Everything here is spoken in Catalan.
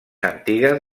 antigues